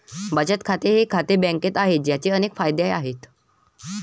बचत खाते हे खाते बँकेत आहे, ज्याचे अनेक फायदे आहेत